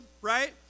right